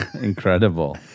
Incredible